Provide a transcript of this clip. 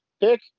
pick